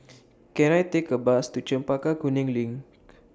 Can I Take A Bus to Chempaka Kuning LINK